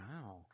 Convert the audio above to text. Wow